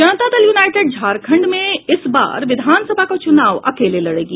जनता Dal United Jharkhand में इस बार विधानसभा का चुनाव अकेले लड़ेगी